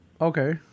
Okay